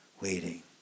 waiting